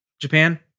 Japan